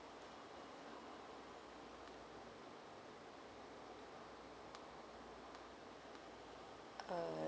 uh